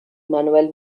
manel